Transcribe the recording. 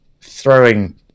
throwing